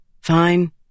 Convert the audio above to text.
fine